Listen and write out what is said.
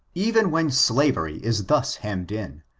even when slavery is thus hemmed in,